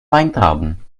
weintrauben